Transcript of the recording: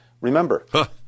Remember